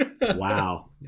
Wow